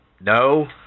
no